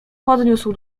podniósł